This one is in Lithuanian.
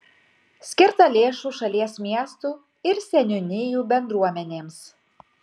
skirta lėšų šalies miestų ir seniūnijų bendruomenėms